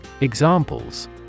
Examples